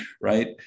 right